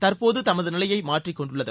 தற்போது தமது நிலையை மாற்றிக்கொண்டுள்ளது